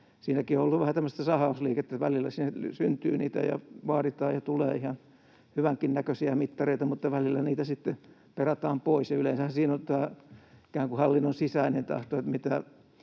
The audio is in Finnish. Siinäkin on ollut vähän tämmöistä sahausliikettä: välillä sinne syntyy niitä ja vaaditaan ja tulee ihan hyvänkin näköisiä mittareita mutta välillä niitä sitten perataan pois. Yleensähän siinä on ikään kuin hallinnon sisäinen tahto, että mitä